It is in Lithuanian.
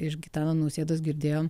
iš gitano nausėdos girdėjom